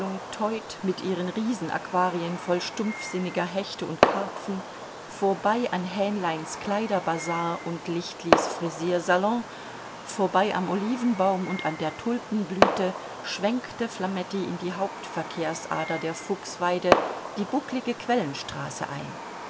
mit ihren riesenaquarien voll stumpfsinniger hechte und karpfen vorbei an hähnleins kleiderbazar und lichtlis frisiersalon vorbei am olivenbaum und an der tulpenblüte schwenkte flametti in die hauptverkehrsader der fuchsweide die bucklige quellenstraße ein